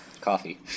coffee